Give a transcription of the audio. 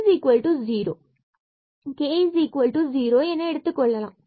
இதை h0 zero இதை k zero என எடுத்துக்கொள்ளலாம்